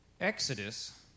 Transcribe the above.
Exodus